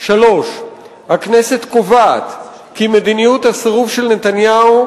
3. הכנסת קובעת כי מדיניות הסירוב של נתניהו,